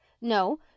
No